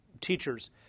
teachers